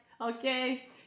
okay